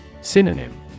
Synonym